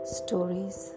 stories